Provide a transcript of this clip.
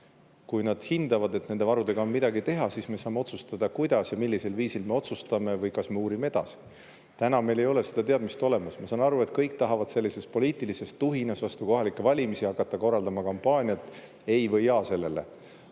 Kui nad hindavad, et nende varudega on midagi teha, siis me saame otsustada, millisel viisil me otsustame või kas me uurime edasi. Täna meil ei ole seda teadmist. Ma saan aru, et kõik tahavad poliitilises tuhinas vastu kohalikke valimisi hakata korraldama kampaaniat sellele: